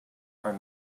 are